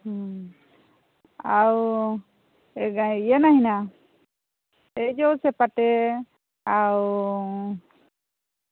ହୁଁ ଆଉ ଇଏ ନାହିଁନା ଏଇ ଯେଉଁ ସେପଟେ ଆଉ